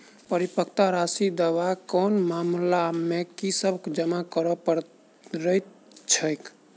परिपक्वता राशि दावा केँ मामला मे की सब जमा करै पड़तै छैक?